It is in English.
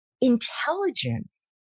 intelligence